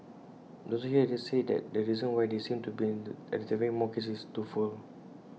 doctors here say that the reason why they seem to be identifying more cases is twofold